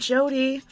Jody